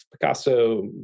Picasso